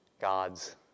God's